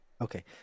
okay